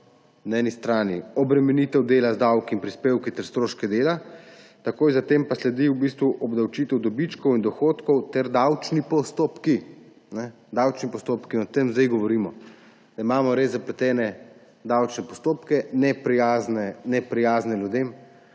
na eni strani prav obremenitev dela z davki in prispevki ter stroški dela, takoj za tem pa sledijo obdavčitev dobičkov in dohodkov ter davčni postopki. Davčni postopki. In o tem zdaj govorimo – da imamo res zapletene davčne postopke, neprijazne ljudem